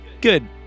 good